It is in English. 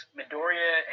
Midoriya